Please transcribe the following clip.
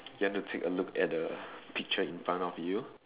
you want to take a look at the picture in front of you